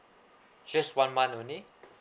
just one month only